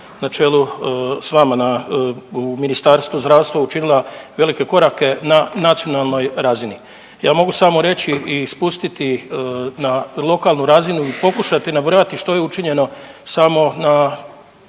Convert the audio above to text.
na čelu s vama u Ministarstvu zdravstva učinila velike korake na nacionalnoj razini. Ja mogu samo reći i spustiti na lokalnu razinu i pokušati nabrojati što je učinjeno samo na